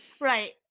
Right